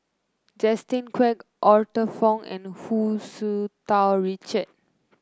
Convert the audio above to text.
Justin Quek Arthur Fong and Hu Tsu Tau Richard